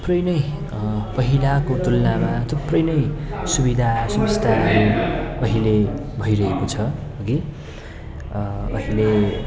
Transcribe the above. थुप्रै नै पहिलाको तुलनामा थुप्रै नै सुविधा असुबिस्ताहरू अहिले भइरहेको छ हगि अहिले